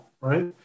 right